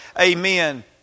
Amen